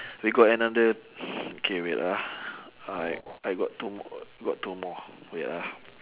we got another okay wait ah I I got two mo~ got two more wait ah